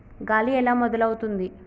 గాలి ఎలా మొదలవుతుంది?